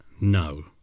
no